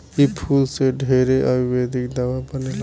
इ फूल से ढेरे आयुर्वेदिक दावा बनेला